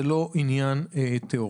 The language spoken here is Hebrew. זה לא עניין תיאורטי.